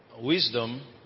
Wisdom